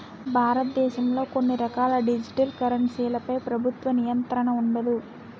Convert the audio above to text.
భారతదేశంలో కొన్ని రకాల డిజిటల్ కరెన్సీలపై ప్రభుత్వ నియంత్రణ ఉండదు